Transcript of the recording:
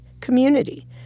community